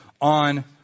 on